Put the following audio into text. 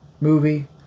movie